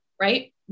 right